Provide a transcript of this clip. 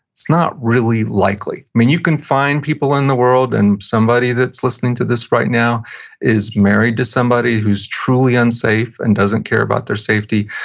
it's not really likely. i mean, you can find people in the world, and somebody that's listening to this right now is married to somebody who's truly unsafe and doesn't care about their safety,